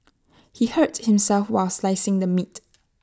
he hurt himself while slicing the meat